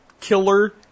killer